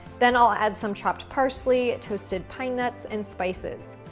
then i'll add some chopped parsley, toasted pine nuts and spices.